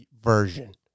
version